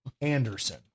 Anderson